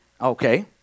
Okay